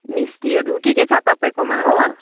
मिस्टीहरू के के छ तपाईँकोमा हो